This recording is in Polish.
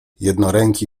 jednoręki